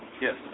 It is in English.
Yes